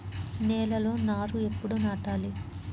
నేలలో నారు ఎప్పుడు నాటాలి?